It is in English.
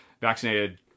vaccinated